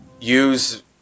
use